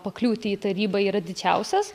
pakliūti į tarybą yra didžiausias